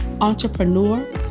entrepreneur